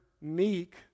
meek